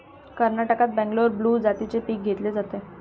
कर्नाटकात बंगलोर ब्लू जातीचे पीक घेतले जाते